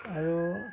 আৰু